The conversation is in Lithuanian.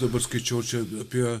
dabar skaičiau čia apie